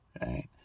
right